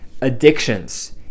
addictions